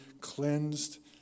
cleansed